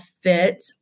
fit